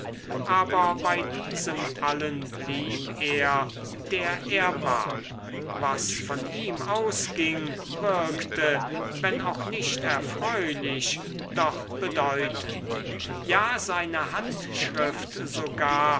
aber bei diesem allen blieb er der er war was von ihm ausging wirkte wenn auch nicht erfreulich doch bedeutend ja seine handschrift sogar